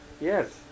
Yes